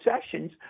sessions